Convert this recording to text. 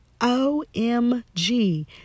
OMG